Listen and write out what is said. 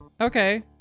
Okay